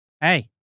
hey